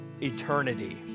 eternity